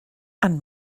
and